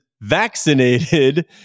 vaccinated